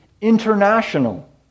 international